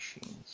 machines